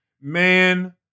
man